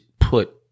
put